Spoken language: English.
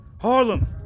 Harlem